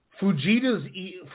Fujita's